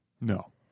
No